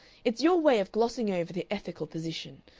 it's your way of glossing over the ethical position.